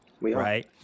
right